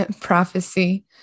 prophecy